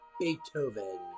Beethoven